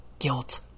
guilt